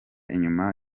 inyuma